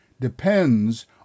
depends